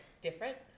different